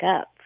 up